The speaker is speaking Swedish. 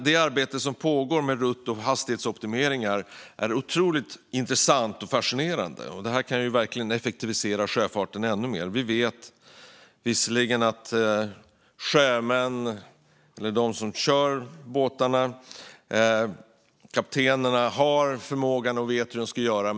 Det arbete som pågår med rutt och hastighetsoptimeringar är otroligt intressant och fascinerande. Det kan verkligen effektivisera sjöfarten ännu mer. Vi vet visserligen att sjömännen och de som kör båtarna, kaptenerna, har förmågan och vet hur de ska göra.